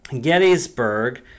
Gettysburg